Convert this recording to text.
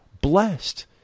blessed